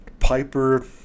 Piper